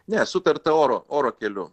ne sutarta oro oro keliu